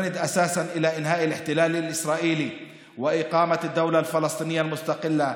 המבוסס על סיום הכיבוש הישראלי והקמת מדינה פלסטינית עצמאית,